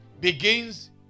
begins